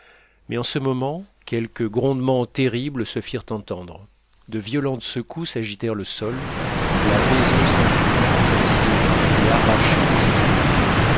mais en ce moment quelques grondements terribles se firent entendre de violentes secousses agitèrent le sol la maison s'inclina comme si elle eût été arrachée de ses pilotis